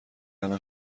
الان